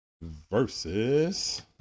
versus